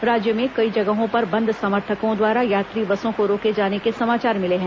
राज्य में कई जगहों पर बंद समर्थकों द्वारा यात्री बसों को रोके जाने के समाचार मिले हैं